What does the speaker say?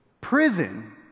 Prison